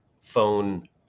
phone